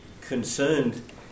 concerned